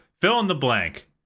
fill-in-the-blank